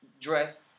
dressed